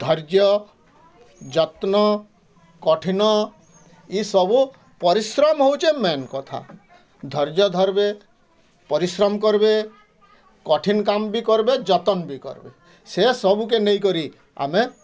ଧର୍ଯ୍ୟ ଯତ୍ନ କଠିନ ଏଇସବୁ ପରିଶ୍ରମ୍ ହଉଛେଁ ମେନ୍ କଥା ଧର୍ଯ୍ୟ ଧରବେ ପରିଶ୍ରମ୍ କରବେ କଠିନ କାମ୍ ବି କରବେ ଯତନ୍ ବି କରବେ ସେ ସବୁ କେ ନେଇକରି ଆମେ